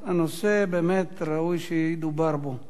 הנושא באמת ראוי שידובר בו.